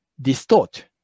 distort